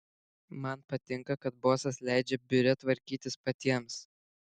man patinka kad bosas leidžia biure tvarkytis patiems